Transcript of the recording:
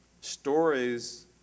Stories